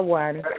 one